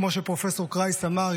כמו שפרופ' קרייס אמר,